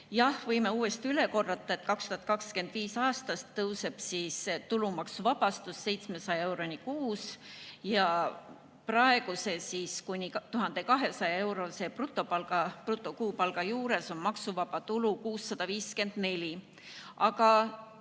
Jah, võime uuesti üle korrata, et 2025. aastast tõuseb tulumaksuvabastus 700 euroni kuus. Praegu on kuni 1200‑eurose brutokuupalga juures maksuvaba tulu 654